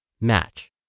Match